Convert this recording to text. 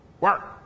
work